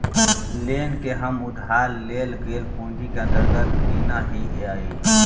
loan के हम उधार लेल गेल पूंजी के अंतर्गत गिनऽ हियई